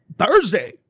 Thursday